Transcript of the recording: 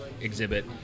exhibit